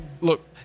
Look